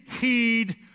heed